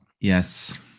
Yes